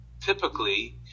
typically